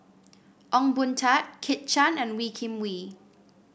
Ong Boon Tat Kit Chan and Wee Kim Wee